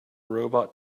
robot